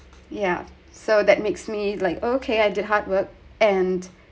ya so that makes me like okay I did hard work and